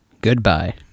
goodbye